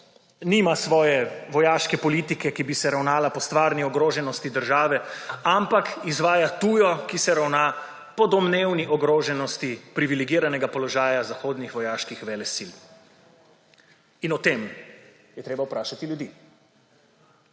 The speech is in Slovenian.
nima svoje vojaške politike, ki bi se ravnala po stvarni ogroženosti države, ampak izvaja tujo, ki se ravna po domnevni ogroženosti privilegiranega položaja zahodnih vojaških velesil. In o tem je treba vprašati ljudi.